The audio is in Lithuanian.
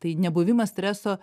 tai nebuvimas streso